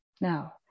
now